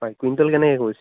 হয় কুইণ্টল কেনেকৈ কৈছে